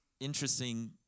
interesting